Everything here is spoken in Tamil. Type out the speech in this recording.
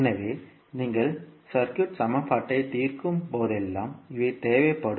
எனவே நீங்கள் சுற்று சமன்பாட்டை தீர்க்கும் போதெல்லாம் இவை தேவைப்படும்